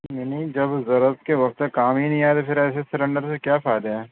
نہیں نہیں جب ضرورت کے وقت میں کام ہی نہیں آئے پھر ایسے سلینڈر میں کیا فائدے ہیں